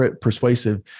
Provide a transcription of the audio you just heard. persuasive